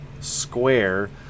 square